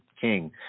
king